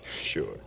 Sure